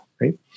right